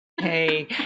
Hey